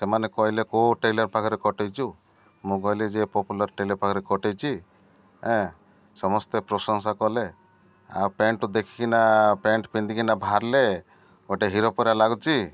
ସେମାନେ କହିଲେକେଉଁ ଟେଲର୍ ପାଖରେ କଟେଇଛୁ ମୁଁ କହିଲି ଯିଏ ପପୁଲାର୍ ଟେଲର୍ ପାଖରେ କଟେଇଛି ସମସ୍ତେ ପ୍ରଶଂସା କଲେ ଆଉ ପ୍ୟାଣ୍ଟ ଦେଖିକିନା ପ୍ୟାଣ୍ଟ ପିନ୍ଧିକିନା ବାହାରିଲେ ଗୋଟେ ହିରୋ ପରି ଲାଗୁଛି